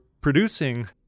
producing